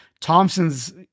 Thompson's